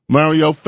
Mario